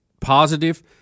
positive